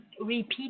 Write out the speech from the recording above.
repeat